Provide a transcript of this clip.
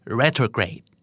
retrograde